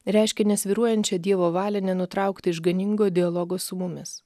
reiškė nesvyruojančią dievo valią nenutraukti išganingo dialogo su mumis